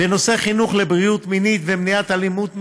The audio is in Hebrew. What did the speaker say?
בנושא חינוך לבריאות מינית ומניעת אלימות מינית.